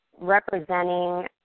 representing